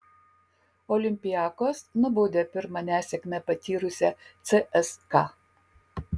olympiakos nubaudė pirmą nesėkmę patyrusią cska